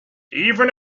even